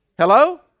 Hello